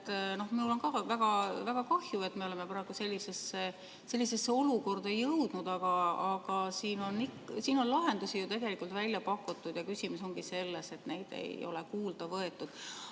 et mul on ka väga kahju, et me oleme praegu sellisesse olukorda jõudnud. Aga siin on lahendusi ju tegelikult välja pakutud ja küsimus ongi selles, et neid ei ole kuulda võetud.